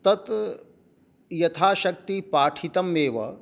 तत् यथाशक्ति पाठितमेव